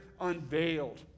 unveiled